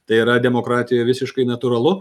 tai yra demokratijoj visiškai natūralu